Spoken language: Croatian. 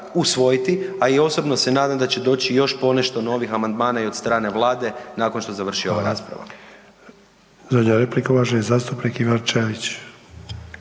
usvojiti, a i osobno se nadam da će doći još ponešto novih amandmana i od strane Vlade nakon što završi ova rasprava. **Sanader, Ante (HDZ)** Hvala.